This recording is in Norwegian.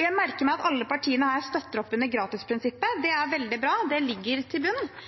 Jeg merker meg at alle partiene støtter opp under gratisprinsippet, det er veldig bra, og det ligger